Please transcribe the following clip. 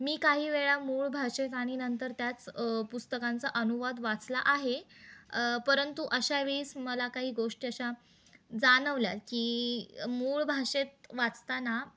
मी काही वेळा मूळ भाषेत आणि नंतर त्याच पुस्तकांचा अनुवाद वाचला आहे अ परंतु अशावेेळेस मला काही गोष्ट अशा जाणवल्या की मूळ भाषेत वाचताना